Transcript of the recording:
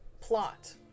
plot